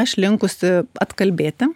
aš linkusi atkalbėti